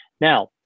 Now